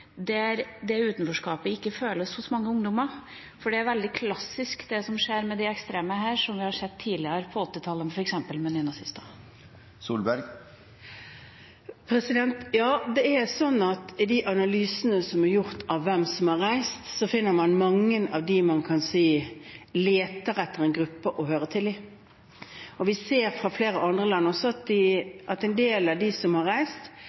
der dette utenforskapet ikke føles av mange ungdommer? For det som skjer med de ekstreme her, er veldig klassisk. Vi har sett det tidligere – på 1980-tallet, f.eks., med nynazister. Det er slik at i de analysene som er gjort av hvem som har reist, finner man mange av dem man kan si leter etter en gruppe å høre til. Vi ser også fra flere andre land at en del av dem som har reist,